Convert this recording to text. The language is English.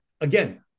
again